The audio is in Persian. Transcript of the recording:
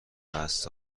قصد